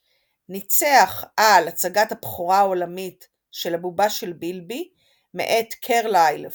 ניצח על הצגת הבכורה העולמית של "הבובה של בילבי" מאת קרלייל פלויד,